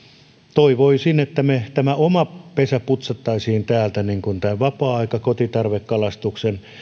toivoisin että me tämän oman pesämme putsaisimme vapaa ajan kotitarvekalastuksen